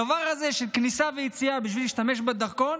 הדבר הזה של כניסה ויציאה בשביל להשתמש בדרכון,